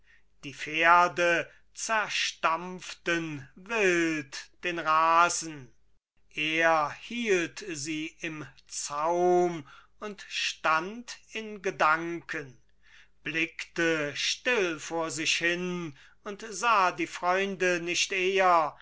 die pferde zerstampften wild den rasen er hielt sie im zaum und stand in gedanken blickte still vor sich hin und sah die freunde nicht eher